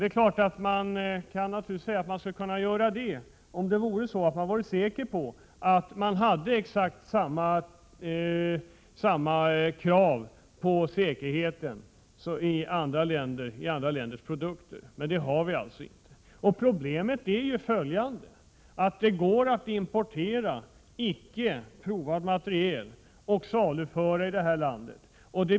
Det skulle man naturligtvis kunna göra om man vore säker på att det var exakt samma krav på säkerheten i andra länder. Men så är det inte. Problemet är också att det går att importera icke provad materiel och saluföra den här i landet.